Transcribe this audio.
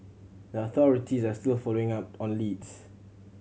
the authorities are still following up on leads